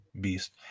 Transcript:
beast